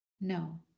No